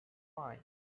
mind